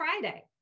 Friday